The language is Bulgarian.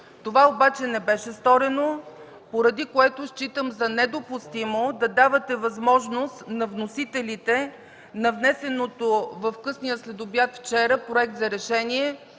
Това обаче не беше сторено, поради което считам за недопустимо да давате възможност на вносителите на внесения в късния следобед вчера проект за решение.